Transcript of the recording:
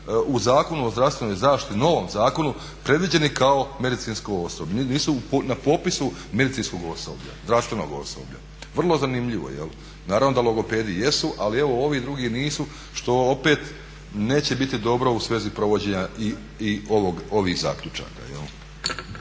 u Zakonu o zdravstvenoj zaštiti, novom zakonu predviđeni kao medicinsko osoblje, nisu na popisu medicinskog osoblja, zdravstvenog osoblja, vrlo zanimljivo. Naravno da logopedi jesu ali evo ovi drugi nisu što opet neće biti dobro u svezi provođenja i ovih zaključaka.